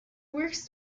works